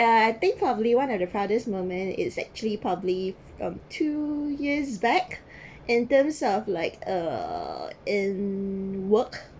uh I think probably one of the proudest moment is actually probably um two years back in terms of like uh in work